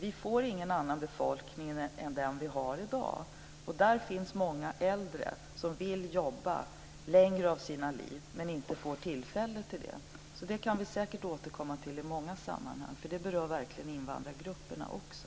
Vi får ingen annan befolkning än den vi har i dag. Där finns många äldre som vill jobba längre av sina liv men inte får tillfälle till det. Det kan vi säkert återkomma till i många sammanhang. Det berör verkligen invandrargrupperna också.